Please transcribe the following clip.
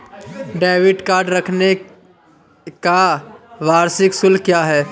Debit card रखने का वार्षिक शुल्क क्या है?